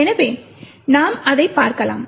எனவே நாம் அதைப் பார்க்கலாம்